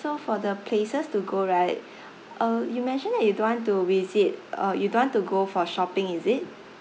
so for the places to go right uh you mentioned that you don't want to visit uh you don't want to go for shopping is it